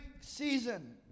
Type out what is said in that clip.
season